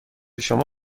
شما